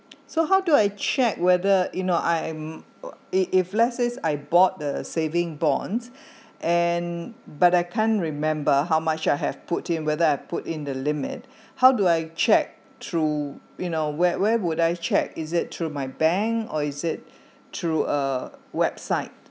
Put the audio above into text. so how do I check whether you know I'm if if let's say I bought the saving bonds and but I can't remember how much I have put in whether I put in the limit how do I check through you know where where would I check is it through my bank or is it through uh website